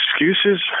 excuses